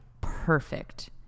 perfect